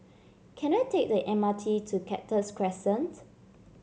can I take the M R T to Cactus Crescent